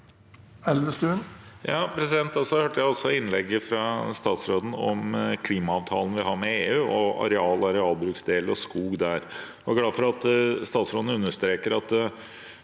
den hørte jeg også om klimaavtalen vi har med EU, og om arealbruksdel og skog der. Jeg er glad for at statsråden understreker at